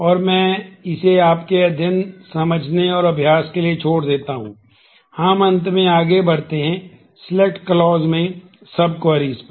तो with clause पर